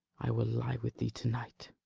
i will lie with thee to-night.